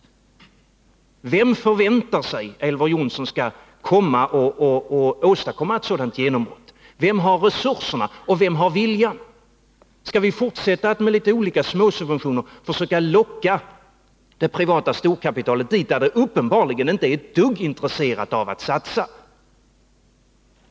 Vem förväntar sig Elver Jonsson då skall åstadkomma ett sådant genombrott? Vem har resurserna och vem har viljan? Skall vi fortsätta att med olika småsubventioner försöka locka det privata storkapitalet dit där det uppenbarligen inte är ett dugg intresserat av att satsa?